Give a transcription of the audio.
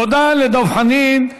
תודה לדב חנין.